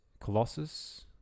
Colossus